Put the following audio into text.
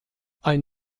ein